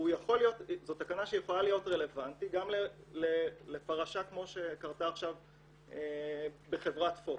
זו תקנה שיכולה להיות רלוונטית גם לפרשה כמו שקרתה עכשיו בחברת פוקס.